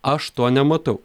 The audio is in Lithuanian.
aš to nematau